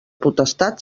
potestat